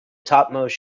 topmost